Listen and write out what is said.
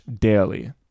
daily